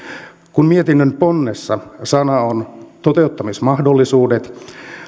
kun mietinnön ponnessa sana on toteuttamismahdollisuudet